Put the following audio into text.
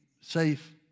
safe